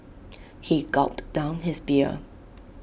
he gulped down his beer